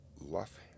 Luff